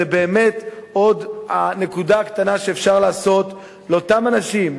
זאת באמת עוד נקודה קטנה שאפשר לעשות לאותם אנשים,